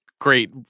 Great